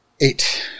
Eight